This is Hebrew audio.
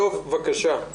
טוב, בבקשה.